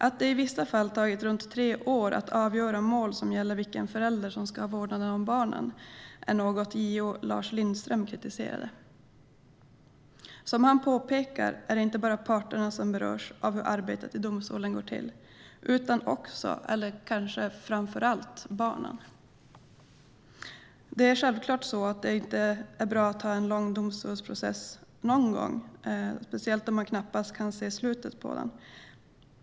Att det i vissa fall tagit runt tre år att avgöra mål som gäller vilken förälder som ska ha vårdnaden om barnen är något som JO, Lars Lindström, kritiserar. Som han påpekar är det inte bara parterna som berörs av hur arbetet i domstolen går till utan också, eller kanske framför allt, barnen. Det är självklart aldrig bra att ha en lång domstolsprocess, speciellt om man knappt kan se slutet på den.